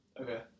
Okay